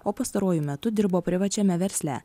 o pastaruoju metu dirbo privačiame versle